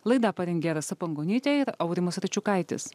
laidą parengė rasa pangonytė ir aurimas račiukaitis